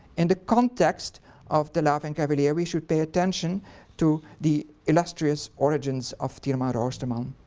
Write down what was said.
in the context of the laughing cavalier we should pay attention to the illustrious origins of tieleman roosterman.